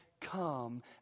come